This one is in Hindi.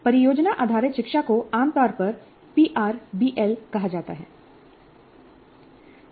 परियोजना आधारित शिक्षा को आम तौर पर पीआरबीएल कहा जाता है